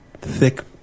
thick